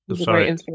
sorry